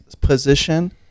position